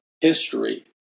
history